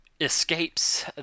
escapes